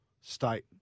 state